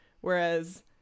Whereas